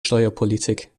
steuerpolitik